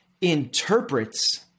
interprets